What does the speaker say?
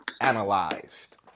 analyzed